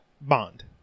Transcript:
Bond